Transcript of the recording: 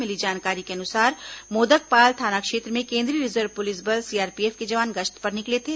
मिली जानकारी के अनुसार मोदकपाल थाना क्षेत्र में केंदीय रिजर्व पुलिस बल सीआरपीएफ के जवान गश्त पर निकले थे